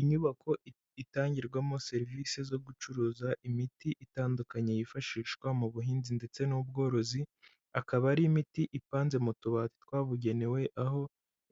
Inyubako itangirwamo serivisi zo gucuruza imiti itandukanye yifashishwa mu buhinzi ndetse n'ubworozi, akaba ari imiti ipanze mu tubari twabugenewe, aho